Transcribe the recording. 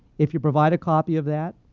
if you provide a copy of that,